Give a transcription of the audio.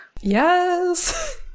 Yes